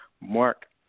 Mark